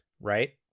right